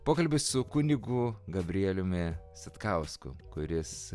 pokalbis su kunigu gabrieliumi satkausku kuris